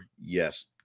yes